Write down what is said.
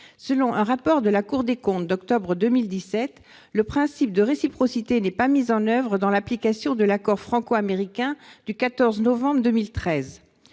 Selon un rapport de la Cour des comptes d'octobre 2017, le principe de réciprocité n'est pas mis en oeuvre dans l'application de l'accord franco-américain du 14 novembre 2013.